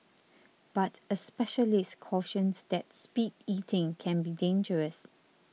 but a specialist cautions that speed eating can be dangerous